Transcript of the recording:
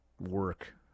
work